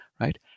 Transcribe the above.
right